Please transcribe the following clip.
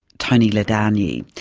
toni ladanyi,